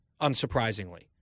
unsurprisingly